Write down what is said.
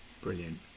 Brilliant